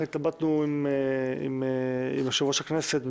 התלבטנו עם יושב-ראש הכנסת,